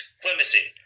clemency